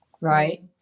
right